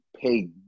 pay